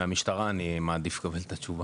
מהמשטרה אני מעדיף לקבל את התשובה.